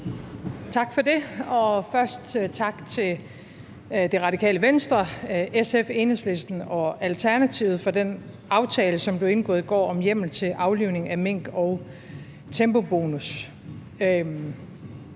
Tak for det. Først tak til Det Radikale Venstre, SF, Enhedslisten og Alternativet for den aftale, som blev indgået i går, om hjemmel til aflivning af mink og tempobonus.